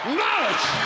knowledge